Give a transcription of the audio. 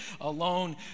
alone